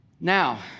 now